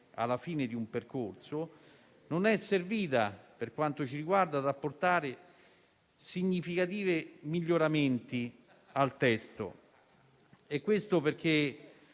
alla fine di un percorso, non è servito, per quanto ci riguarda, ad apportare significativi miglioramenti al testo. Questo perché,